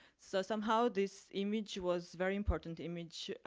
so somehow this image was very important image,